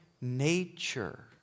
nature